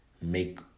make